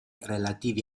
relativi